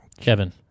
Kevin